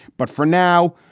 but for now,